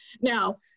Now